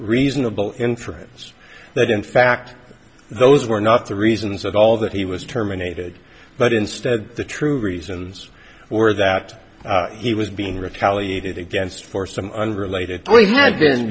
reasonable inference that in fact those were not the reasons of all that he was terminated but instead the true reasons were that he was being retaliated against for some unrelated had been